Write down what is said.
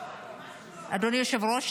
אדוני היושב-ראש,